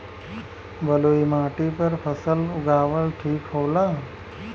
बलुई माटी पर फसल उगावल ठीक होला?